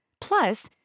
Plus